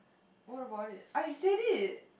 what about it I said it